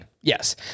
yes